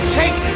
take